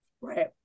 Right